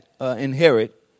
inherit